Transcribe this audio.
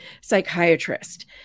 psychiatrist